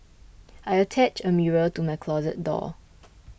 I attached a mirror to my closet door